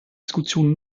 diskussion